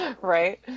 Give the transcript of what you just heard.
Right